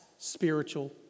Spiritual